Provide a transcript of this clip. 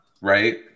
Right